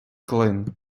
клин